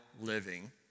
living